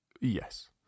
Yes